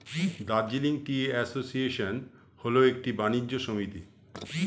Darjeeling Tea Association হল একটি বাণিজ্য সমিতি